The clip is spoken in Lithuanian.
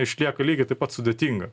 išlieka lygiai taip pat sudėtinga